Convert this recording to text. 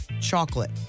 chocolate